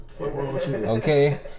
Okay